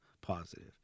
positive